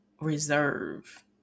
reserve